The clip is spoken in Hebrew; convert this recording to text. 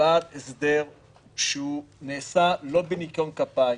בעד הסדר שנעשה לא בניקיון כפיים,